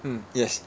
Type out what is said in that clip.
mm yes